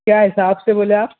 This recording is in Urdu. کیا حساب سے بولے آپ